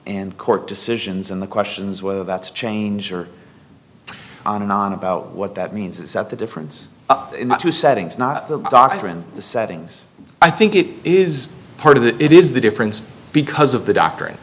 and court decisions and the questions whether that's change or on and on about what that means is that the difference in the two settings not the doctrine the settings i think it is part of the it is the difference because of the doctrine